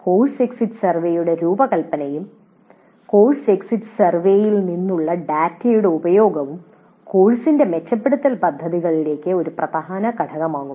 course exit സർവേയുടെ രൂപകൽപ്പനയും course exit സർവേയിൽ നിന്നുള്ള ഡാറ്റയുടെ ഉപയോഗവും കോഴ്സിന്റെ മെച്ചപ്പെടുത്തൽ പദ്ധതികളിൽ ഒരു പ്രധാന ഘടകമായി മാറും